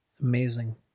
Amazing